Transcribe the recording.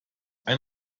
ein